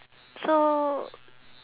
so